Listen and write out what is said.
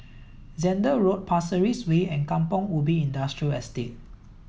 Zehnder Road Pasir Ris Way and Kampong Ubi Industrial Estate